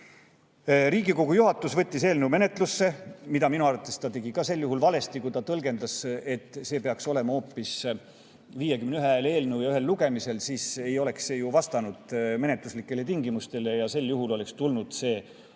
Riigikogu juhatus võttis eelnõu menetlusse. Minu arvates tegi ta seda ka sel juhul valesti. Kui ta tõlgendas, et see peaks olema hoopis 51 hääle eelnõu ja ühel lugemisel, siis ei oleks see ju vastanud menetluslikele tingimustele ja sel juhul oleks tulnud see